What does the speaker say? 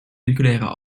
nucleaire